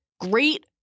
Great